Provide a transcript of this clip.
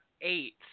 eight